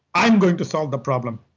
i'm going to solve the problem.